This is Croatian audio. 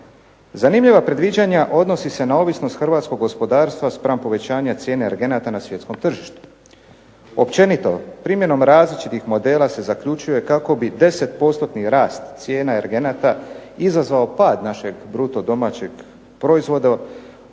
Zanimljiva predviđanja odnose se na ovisnost hrvatskog gospodarstva spram povećanja cijene energenata na svjetskom tržištu. Općenito primjenom različitih modela se zaključuje kako bi 10%-ni rast cijena energenata izazvao pad našeg BDP-a u visini od